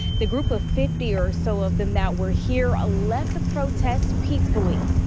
the group of fifty or so of them that were here a left the protest peacefully.